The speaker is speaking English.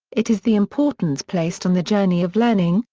it is the importance placed on the journey of learning,